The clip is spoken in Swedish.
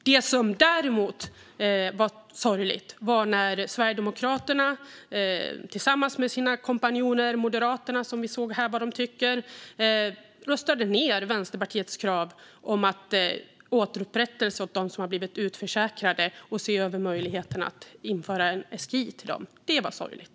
Det som var sorgligt var däremot när Sverigedemokraterna tillsammans med sina kompanjoner Moderaterna, som här visade vad de tycker, röstade ned Vänsterpartiets krav på upprättelse åt dem som har blivit utförsäkrade och på att se över möjligheten att införa en SGI till dem. Det var sorgligt.